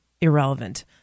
irrelevant